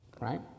right